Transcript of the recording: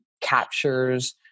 captures